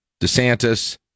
DeSantis